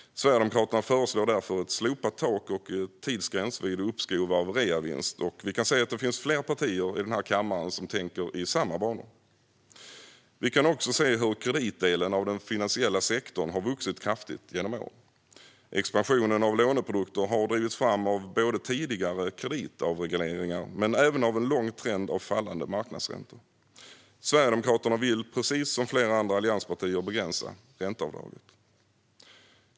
Sverigedemokraterna föreslår därför slopat tak och slopad tidsgräns vid uppskov av reavinst. Vi kan se att det finns fler partier i den här kammaren som tänker i samma banor. Vi kan också se att kreditdelen av den finansiella sektorn har vuxit kraftigt genom åren. Expansionen av låneprodukter har drivits fram av tidigare kreditavregleringar men även en lång trend av fallande marknadsräntor. Sverigedemokraterna vill precis som flera allianspartier begränsa ränteavdraget.